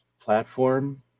platform